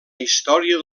història